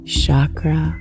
chakra